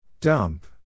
Dump